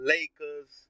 Lakers